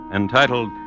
entitled